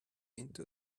into